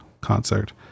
concert